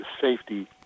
safety